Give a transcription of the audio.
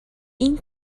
این